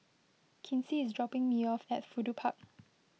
Kinsey is dropping me off at Fudu Park